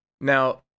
Now